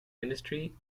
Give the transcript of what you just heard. industry